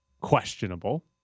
questionable